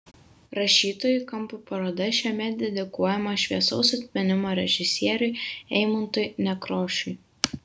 rašytojų kampo paroda šiemet dedikuojama šviesaus atminimo režisieriui eimuntui nekrošiui